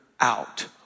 out